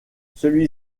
celui